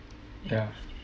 ya